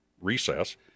recess